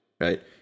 Right